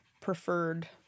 preferred